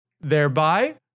Thereby